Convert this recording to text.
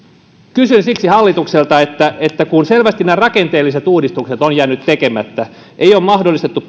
kysyn siksi hallitukselta kun selvästi nämä rakenteelliset uudistukset ovat jääneet tekemättä ei ole mahdollistettu